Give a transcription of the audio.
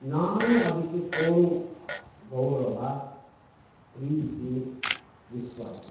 ನಾನು ಅದಕ್ಕೆ ಕೊಡುವ ಗೌರವ ಪ್ರೀತಿ ವಿಶ್ವಾಸ